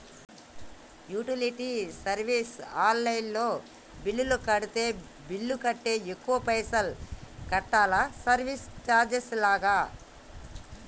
Utility service online లో bill కడితే bill కంటే ఎక్కువ పైసల్ కట్టాలా సర్వీస్ చార్జెస్ లాగా?